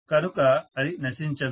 కనుక అది నశించదు